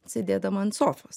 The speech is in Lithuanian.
sėdėdama ant sofos